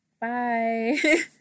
Bye